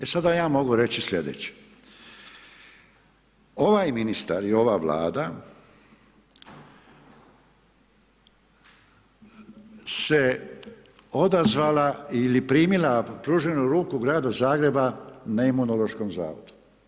E sada ja mogu reći slijedeće, ovaj ministar i ova vlada, se odazvala ili primila pruženu ruku Grada Zagreba na Imunološki zavod.